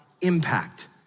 impact